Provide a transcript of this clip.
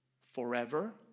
forever